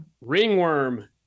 ringworm